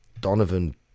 Donovan